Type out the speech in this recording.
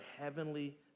heavenly